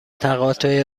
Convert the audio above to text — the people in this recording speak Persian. تقاطع